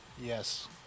yes